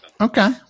Okay